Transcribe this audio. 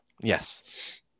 Yes